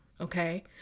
okay